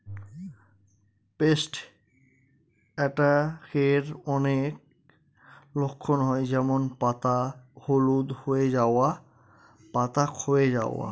paste অ্যাটাকের অনেক লক্ষণ হয় যেমন পাতা হলুদ হয়ে যাওয়া, পাতা ক্ষয়ে যাওয়া